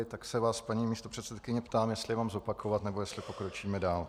Tak se vás, paní místopředsedkyně, ptám jestli to mám zopakovat, nebo jestli pokročíme dál.